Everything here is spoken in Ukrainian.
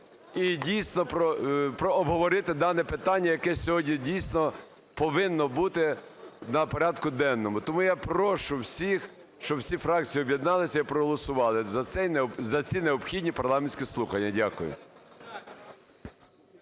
і дійсно обговорити дане питання, яке сьогодні дійсно повинно бути на порядку денному. Тому я прошу всіх, щоби всі фракції об'єдналися і проголосували за ці необхідні парламентські слухання. Дякую.